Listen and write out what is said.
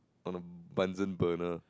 on a Bunsen-burner